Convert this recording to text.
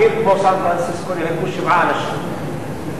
בעיר כמו סן-פרנסיסקו נהרגו שבעה אנשים,